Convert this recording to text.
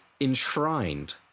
enshrined